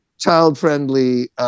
child-friendly